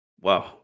Wow